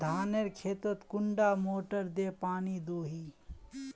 धानेर खेतोत कुंडा मोटर दे पानी दोही?